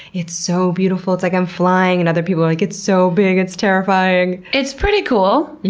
it's so beautiful, it's like i'm flying! and other people are like, it's so big, it's terrifying! it's pretty cool.